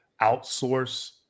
outsource